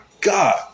God